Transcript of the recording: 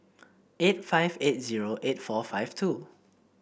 eight five eight zero eight four five two